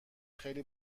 خیلی